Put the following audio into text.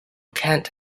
kent